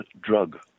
drug